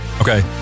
Okay